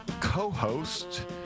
co-host